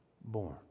born